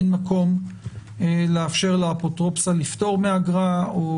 אין מקום לאפשר לאפוטרופסה לפטור מאגרה או